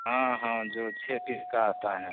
हाँ हाँ जो छः पीस का आता है